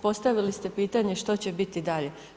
Postavili ste pitanje što će biti dalje.